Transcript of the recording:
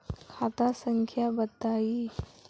खाता संख्या बताई?